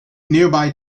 nearby